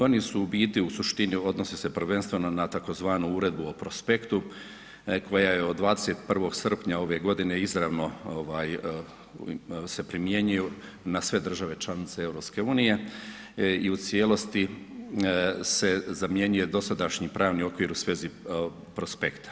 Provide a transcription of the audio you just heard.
Oni su u biti u suštini odnose se prvenstveno na tzv. Uredbu o prospektu koja je od 21. srpnja ove godine izravno ovaj se primjenjuju na sve države članice EU i u cijelosti se zamjenjuje dosadašnji pravni okvir u svezi prospekta.